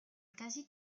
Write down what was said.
quasi